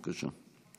בבקשה.